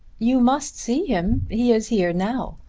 you must see him. he is here now.